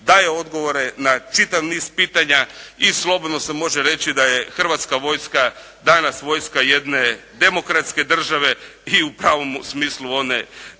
daje odgovore na čitav niz pitanja i slobodno se može reći da je Hrvatska vojska danas vojska jedne demokratske države i u pravom smislu one